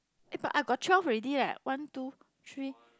eh but I got twelve already leh one two three